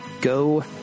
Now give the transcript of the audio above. Go